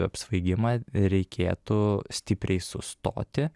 apsvaigimą reikėtų stipriai sustoti